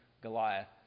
Goliath